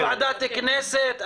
זו ועדת כנסת,